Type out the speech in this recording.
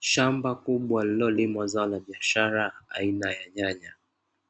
Shamba kubwa lililolimwa zao la biashara aina ya nyanya,